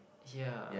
ya